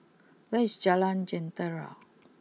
where is Jalan Jentera